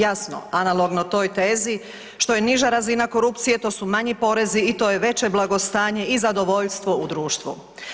Jasno analogno toj tezi što je niža razina korupcije to su manji porezi i to je veće blagostanje i zadovoljstvo u društvu.